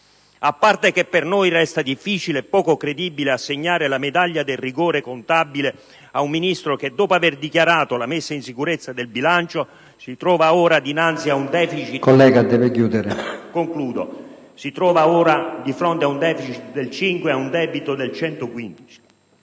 A parte che per noi resta difficile e poco credibile assegnare la medaglia del rigore contabile a un Ministro che, dopo aver dichiarato la messa in sicurezza del bilancio, si trova ora dinanzi ad un deficit del 5 per cento e a